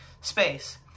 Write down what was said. space